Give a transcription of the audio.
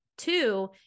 Two